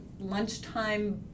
lunchtime